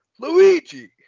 Luigi